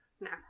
No